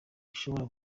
ishobora